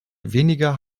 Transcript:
weniger